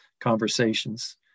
conversations